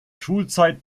schulzeit